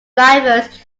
drivers